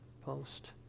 post